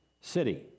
city